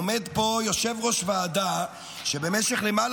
עומד פה יושב-ראש ועדה שבמשך למעלה